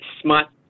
smart